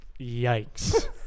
Yikes